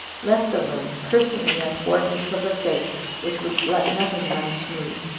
left the room, cursing the untowardness of her fate which would let nothing run smooth.